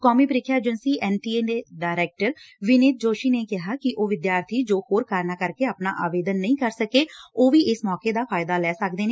ਕੌਮੀ ਪ੍ਰੀਖਿਆ ਏਜੰਸੀ ਐਨ ਟੀ ਏ ਦੇ ਡਾਇਰੈਕਟਰ ਵੀਨੀਤ ਜੋਸ਼ੀ ਨੇ ਕਿਹਾ ਕਿ ਉਹ ਵਿਦਿਆਰਥੀ ਜੋ ਹੋਰ ਕਾਰਨਾਂ ਕਰਕੇ ਆਪਣਾ ਆਵੇਦਨ ਨਹੀਂ ਕਰ ਸਕੇ ਉਹ ਵੀ ਇਸ ਮੌਕੇ ਦਾ ਫਾਇਦਾ ਲੈ ਸਕਦੇ ਨੇ